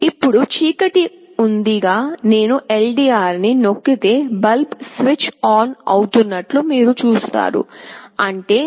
ఇప్పుడు చీకటి ఉంది గా నేను LDR ని నొక్కితే బల్బ్ స్విచ్ ఆన్ అవుతున్నట్లు మీరు చూస్తారు అంటే